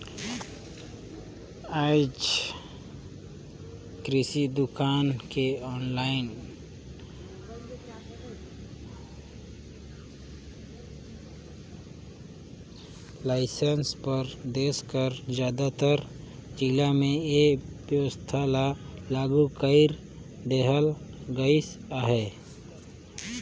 आएज किरसि दुकान के आनलाईन लाइसेंस बर देस कर जादातर जिला में ए बेवस्था ल लागू कइर देहल गइस अहे